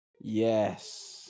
Yes